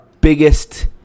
biggest